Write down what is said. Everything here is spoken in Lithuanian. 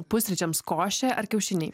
pusryčiams košė ar kiaušiniai